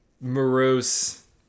morose